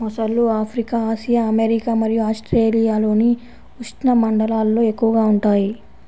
మొసళ్ళు Africa, Asia, America మరియు ఆస్ట్రేలియాలోని ఉష్ణమండలాల్లో ఎక్కువగా ఉంటాయి